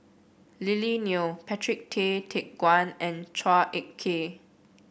Lily Neo Patrick Tay Teck Guan and Chua Ek Kay